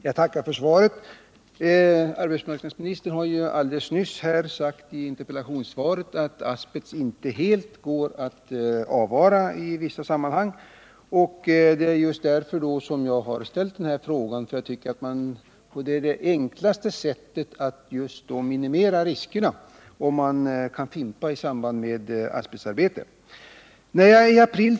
Herr talman! Jag tackar för svaret. Arbetsmarknadsministern sade alldeles nyss här i det föregående interpellationssvaret att asbest inte går att helt avvara i vissa sammanhang, och det är just därför jag har ställt denna fråga. Det enklaste sättet att minimera riskerna är att fimpa i samband med asbestarbete.